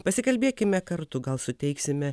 pasikalbėkime kartu gal suteiksime